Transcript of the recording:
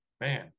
man